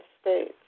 states